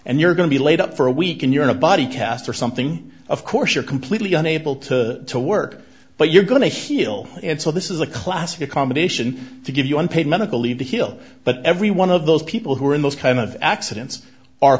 and you're going to be laid up for a week and you're in a body cast or something of course you're completely unable to to work but you're going to heal and so this is a classic accommodation to give you unpaid medical leave the hill but every one of those people who are in those kind of accidents are